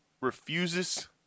refuses